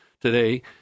Today